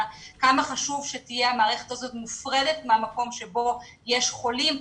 הוא כמה חשוב שהמערכת הזו תהיה מופרדת ממקום שבו יש חולים.